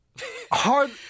hard